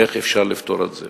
איך אפשר לפתור את זה.